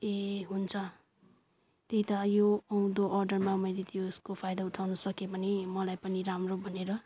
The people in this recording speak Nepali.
ए हुन्छ त्यही त यो आउँदो अर्डरमा मैले त्यसको फाइदा उठाउन सकेँ भने मलाई पनि राम्रो भनेर